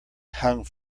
hung